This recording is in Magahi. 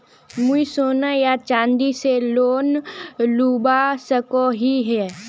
मुई सोना या चाँदी से लोन लुबा सकोहो ही?